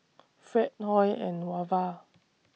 Fred Hoy and Wava